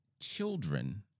Children